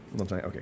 Okay